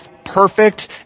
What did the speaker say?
perfect